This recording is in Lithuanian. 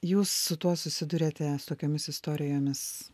jūs su tuo susiduriate su tokiomis istorijomis